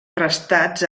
arrestats